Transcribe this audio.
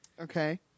Okay